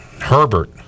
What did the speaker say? Herbert